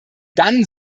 dann